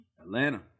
Atlanta